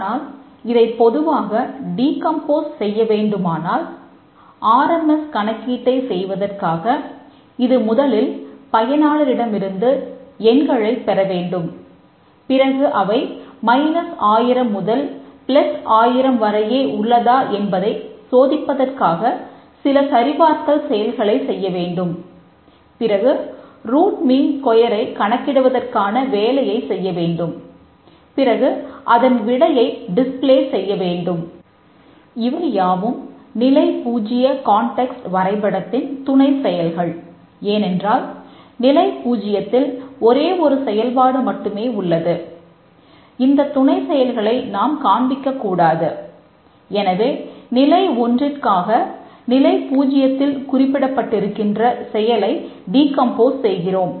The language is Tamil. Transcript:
ஆனால் இதை பொதுவாக டீகம்போஸ் செய்கிறோம்